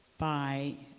by